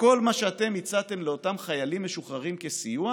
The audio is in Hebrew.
וכל מה שאתם הצעתם לאותם חיילים משוחררים כסיוע